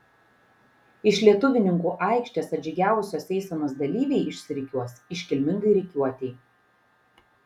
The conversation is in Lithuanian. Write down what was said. iš lietuvininkų aikštės atžygiavusios eisenos dalyviai išsirikiuos iškilmingai rikiuotei